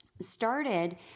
started